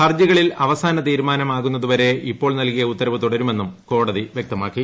ഹർജികളിൽ അവസാന തീരുമാനമാകുന്നതുവരെ ഇപ്പോൾ നൽകിയ ഉത്തരവ് തുടരുമെന്നും കോടതി വ്യക്തമാക്കി